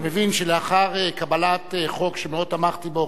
אני מבין שלאחר קבלת חוק שמאוד תמכתי בו,